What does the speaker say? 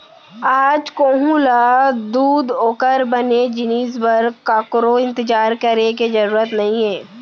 आज कोहूँ ल दूद ओकर बने जिनिस बर ककरो इंतजार करे के जरूर नइये